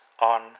on